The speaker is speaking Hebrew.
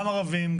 גם ערבים,